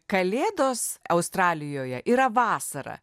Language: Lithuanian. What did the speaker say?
kalėdos australijoje yra vasarą